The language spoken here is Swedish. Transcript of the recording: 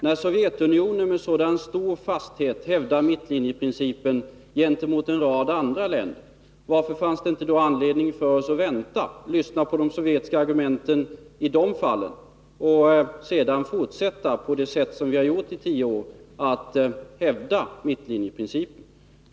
När Sovjetunionen med sådan stor fasthet hävdar mittlinjeprincipen gentemot en rad andra länder, varför fanns det då inte anledning för oss att vänta och lyssna på de sovjetiska argumenten i de fallen och sedan fortsätta — på det sätt som vi har gjort i tio år — att hävda mittlinjeprincipen?